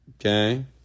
Okay